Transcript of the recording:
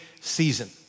season